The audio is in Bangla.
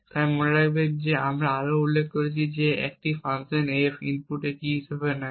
তাই মনে রাখবেন যে আমরা আরও উল্লেখ করেছি যে এই ফাংশন F ইনপুট কী হিসাবে নেয়